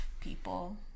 people